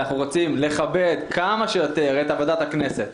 שאנחנו רוצים לכבד כמה שיותר את עבודת הכנסת,